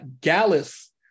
Gallus